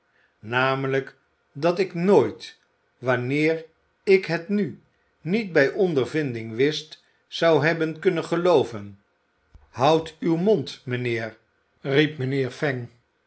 namelijk dat ik nooit wanneer ik het nu niet bij ondervinding wist zou hebben kunnen geiooven houd uw mond mijnheer riep mijnheer